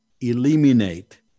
eliminate